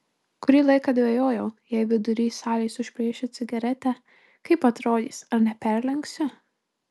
kurį laiką dvejojau jei vidury salės užplėšiu cigaretę kaip atrodys ar neperlenksiu